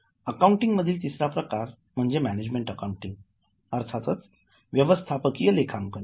accounting मधील तिसरा प्रकार म्हणजे मॅनेजमेंट अकाउंटिंग अर्थात व्यवस्थापकीय लेखांकन